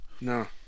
No